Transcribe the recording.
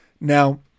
Now